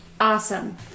Awesome